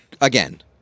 Again